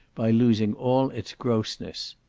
by losing all its grossness.